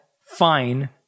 fine